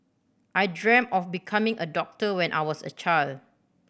I dreamt of becoming a doctor when I was a child